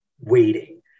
waiting